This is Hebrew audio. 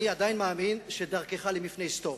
אני עדיין מאמין שדרכך למפנה היסטורי,